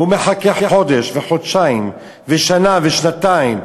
והוא מחכה חודש וחודשיים ושנה ושנתיים,